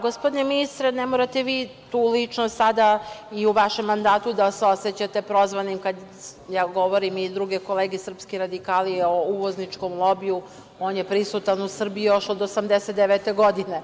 Gospodine ministre, ne morate vi lično sada i u vašem mandatu da se osećate prozvanim kad ja govorim i druge kolege, srpski radikali, o uvozničkom lobiju, on je prisutan u Srbiji još od 1989. godine.